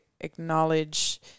acknowledge